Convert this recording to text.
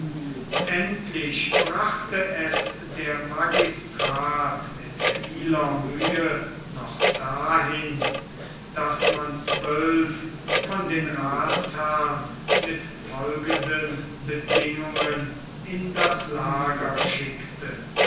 endlich brachte es der magistrat mit vieler mühe noch dahin daß man zwölf von den rathsherren mit folgenden bedingungen in das lager schickte